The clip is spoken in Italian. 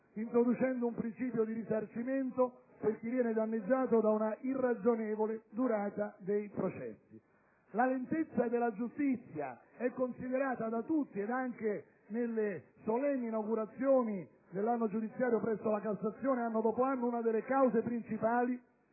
introduceva il principio del risarcimento per chi viene danneggiato da una irragionevole durata dei processi. La lentezza della giustizia è considerata da tutti, anche nelle solenni inaugurazioni dell'anno giudiziario presso la Cassazione, anno dopo anno, una delle cause principali